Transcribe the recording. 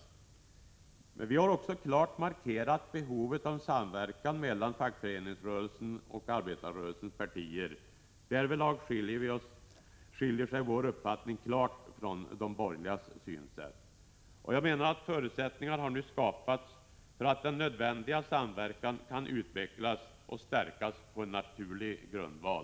Vi har emellertid också klart markerat behovet av samverkan mellan fackföreningsrörelsen och arbetarrörelsens partier — därvidlag skiljer sig vår uppfattning klart från de borgerligas synsätt. Förutsättningar har nu skapats för att nödvändig samverkan kan utvecklas och stärkas på naturlig grundval.